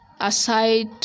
aside